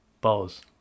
balls